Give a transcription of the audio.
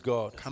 God